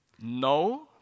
No